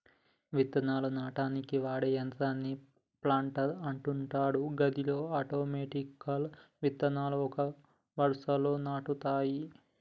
విత్తనాలు నాటనీకి వాడే యంత్రాన్నే ప్లాంటర్ అంటుండ్రు గది ఆటోమెటిక్గా విత్తనాలు ఒక వరుసలో నాటుతాయి